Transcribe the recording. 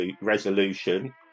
resolution